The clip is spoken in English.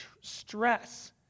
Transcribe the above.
stress